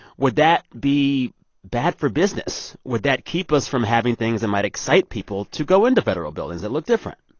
would that be bad for business? would that keep us from having things that and might excite people to go into federal buildings that look different?